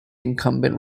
incumbent